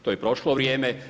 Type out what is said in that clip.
To je prošlo vrijeme.